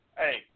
hey